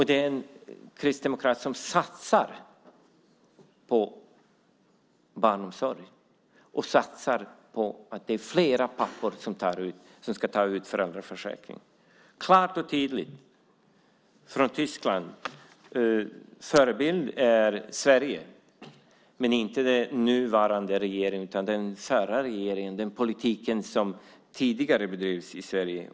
Det är en kristdemokrat som satsar på barnomsorg och på att fler pappor ska ta ut föräldraförsäkringen. Det är klart tydligt i Tyskland att förebilden är Sverige, men inte den nuvarande regeringen utan den förra regeringen och den politik som bedrevs tidigare i Sverige.